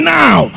now